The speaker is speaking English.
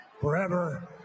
forever